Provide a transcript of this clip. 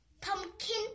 Pumpkin